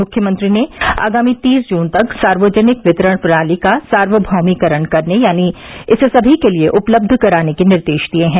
मुख्यमंत्री ने आगामी तीस जून तक सार्वजनिक वितरण प्रणाली का सार्वभौमीकरण करने यानी इसे सभी के लिए उपलब्ध कराने के निर्देश दिए हैं